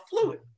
fluid